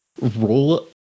Roll